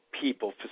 people